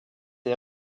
est